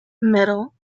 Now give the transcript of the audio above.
metal